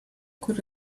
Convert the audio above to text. could